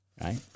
right